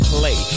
Play